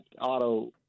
auto